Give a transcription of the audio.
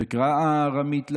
וקראה ארמית לארמי,